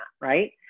right